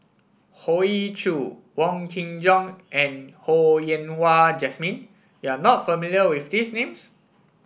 Hoey Choo Wong Kin Jong and Ho Yen Wah Jesmine you are not familiar with these names